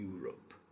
Europe